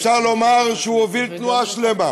אפשר לומר שהוא הוביל תנועה שלמה,